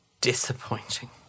Disappointing